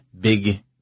big